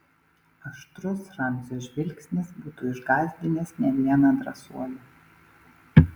aštrus ramzio žvilgsnis būtų išgąsdinęs ne vieną drąsuolį